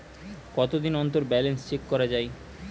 কতদিন অন্তর balance check করা য়ায়?